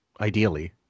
Ideally